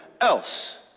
else